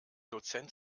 dozent